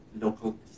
local